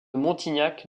montignac